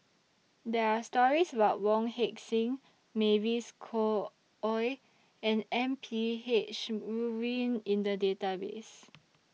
There Are stories about Wong Heck Sing Mavis Khoo Oei and M P H Rubin in The Database